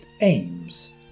aims